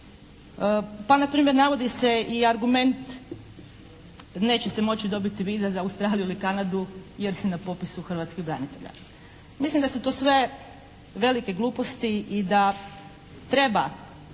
Pa na primjer navodi se i argument neće se moći dobiti viza za Australiju ili Kanadu jer si na popisu hrvatskih branitelja. Mislim da su to sve velike gluposti i da treba